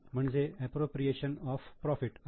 म्हणजे 'appropriation of profit' आहे